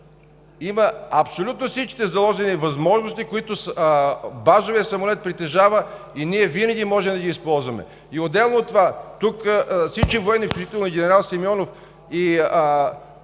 абсолютно всички възможности, които базовият самолет притежава, и ние винаги може да не ги използваме. Отделно от това, тук всички военни, включително и генерал Симеонов, и